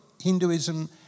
Hinduism